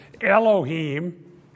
Elohim